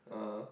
ah